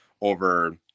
over